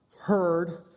heard